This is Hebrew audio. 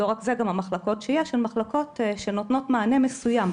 לא רק זה: גם המחלקות שיש הן מחלקות שנותנות מענה מסוים.